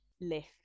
lift